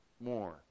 more